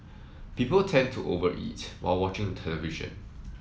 people tend to over eat while watching the television